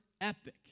epic